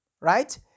right